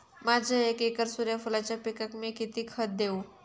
माझ्या एक एकर सूर्यफुलाच्या पिकाक मी किती खत देवू?